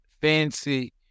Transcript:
fancy